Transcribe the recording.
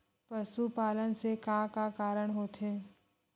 पशुपालन से का का कारण होथे?